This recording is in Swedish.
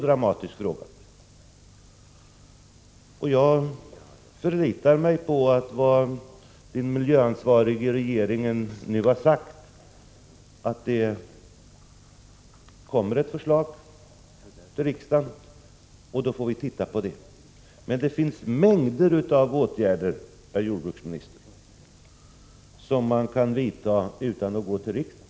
Jag förlitar mig på vad den miljöansvarige i regeringen nu har sagt, nämligen att det kommer att framläggas ett förslag till riksdagen. Vi får titta på det. Men det finns en mängd åtgärder, jordbruksministern, som man kan vidta utan att gå till riksdagen.